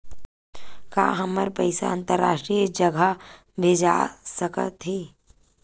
का हमर पईसा अंतरराष्ट्रीय जगह भेजा सकत हे?